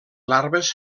larves